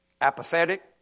apathetic